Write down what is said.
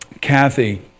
Kathy